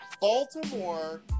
Baltimore